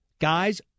Guys